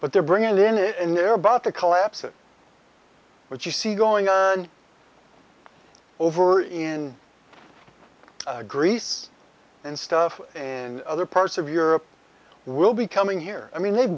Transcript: but they're bringing in it and they're about to collapse it which you see going on over in greece and stuff and other parts of europe will be coming here i mean we've